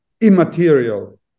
immaterial